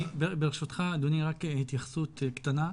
ברשותך, אדוני, רק התייחסות קטנה,